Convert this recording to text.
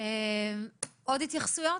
עוד התייחסויות?